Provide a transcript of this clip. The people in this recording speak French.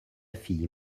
fille